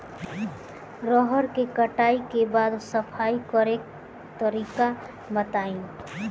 रहर के कटाई के बाद सफाई करेके तरीका बताइ?